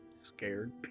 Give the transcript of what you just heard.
Scared